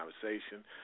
conversation